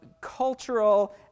cultural